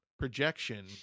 projection